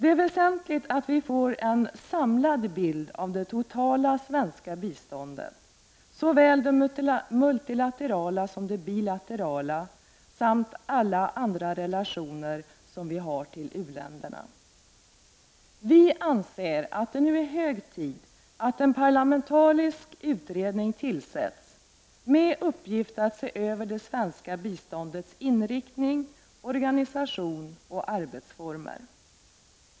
Det är väsentligt att vi får en samlad bild av det totala svenska biståndet, såväl det multilaterala som det bilaterala, och av alla andra relationer som vi har till u-länderna. Vi anser att det nu är hög tid att en parlamentarisk utredning tillsätts med uppgift att se över det svenska biståndets inriktning, organisation och arbetsformer.